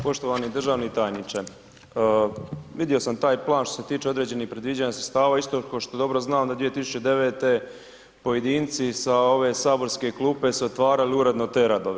Poštovani državni tajniče, vidio sam taj plan što se tiče određenih predviđanja sredstava isto ko što dobro znam da 2009. pojedinci sa ove saborske klupe su otvarali uredno te radove.